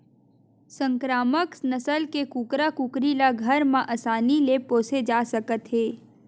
संकरामक नसल के कुकरा कुकरी ल घर म असानी ले पोसे जा सकत हे